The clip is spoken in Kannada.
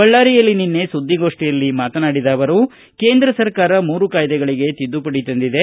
ಬಳ್ಳಾರಿಯಲ್ಲಿ ನಿನ್ನೆ ಸುದ್ದಿಗೋಷ್ಠಿಯಲ್ಲಿ ಮಾತನಾಡಿದ ಅವರು ಕೇಂದ್ರ ಸರ್ಕಾರ ಮೂರು ಕಾಯ್ದೆಗಳಗೆ ತಿದ್ದಪಡಿ ತಂದಿದೆ